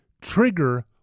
trigger